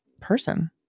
person